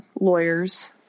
lawyers